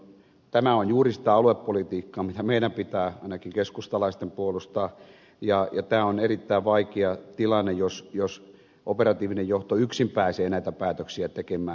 tämä on juuri sitä aluepolitiikkaa mitä meidän ainakin keskustalaisten pitää puolustaa ja tämä on erittäin vaikea tilanne jos operatiivinen johto yksin pääsee näitä päätöksiä tekemään